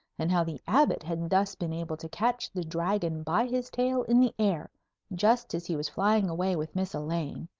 and how the abbot had thus been able to catch the dragon by his tail in the air just as he was flying away with miss elaine,